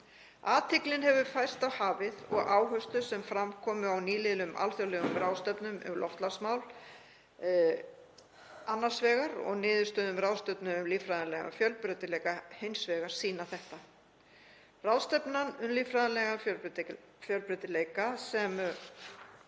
Athyglin hefur færst á hafið og áherslur sem fram komu á nýliðnum alþjóðlegum ráðstefnum um loftslagsmál annars vegar og niðurstöðum ráðstefnu um líffræðilega fjölbreytni hins vegar sýna þetta. Ráðstefnan um líffræðilegan fjölbreytileika sem